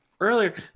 earlier